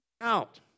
out